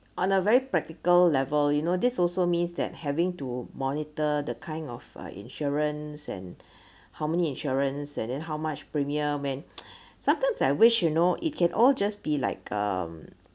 on a very practical level you know this also means that having to monitor the kind of uh insurance and how many insurance and then how much premium I mean sometimes I wish you know it can all just be like um